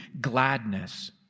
gladness